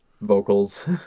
vocals